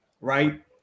right